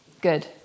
Good